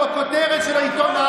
מה לעשות?